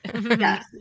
Yes